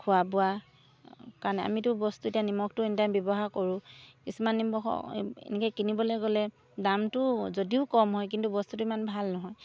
খোৱা বোৱা কাৰণ আমিতো বস্তু এতিয়া নিমখটো এনিটাইম ব্যৱহাৰ কৰোঁ কিছুমান নিমখ এনেকৈ কিনিবলৈ গ'লে দামটো যদিও কম হয় কিন্তু বস্তুটো ইমান ভাল নহয়